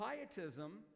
pietism